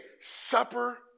supper